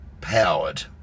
powered